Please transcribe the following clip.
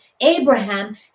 Abraham